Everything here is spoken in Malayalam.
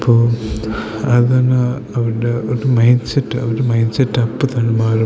അപ്പോൾ അതാണ് അവരുടെ ഒരു മൈൻ്സെറ്റ് അവരുടെ മൈൻഡ്സെറ്റ് അപ്പംതന്നെ മാറും